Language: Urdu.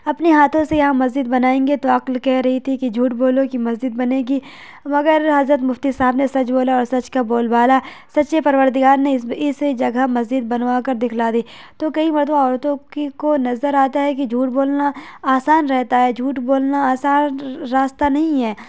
اپنے ہاتھوں سے یہاں مسجد بنائیں گے تو عقل کہہ رہی تھی کہ جھوٹ بولو مسجد بنے گی مگر حضرت مفتی صاحب نے سچ بولا اور سچ کا بول بالا سچے پروردگار نے اس اس جگہ مسجد بنوا کر دکھلا دی تو کئی مرتبہ اور تو کو نظر آتا ہے کہ جھوٹ بولنا آسان رہتا ہے جھوٹ بولنا آسان راستہ نہیں ہے